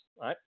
right